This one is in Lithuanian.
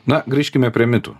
na grįžkime prie mitų